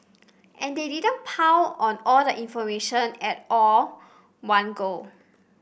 and they didn't pile on all the information at all one go